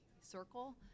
circle